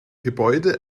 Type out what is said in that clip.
gebäude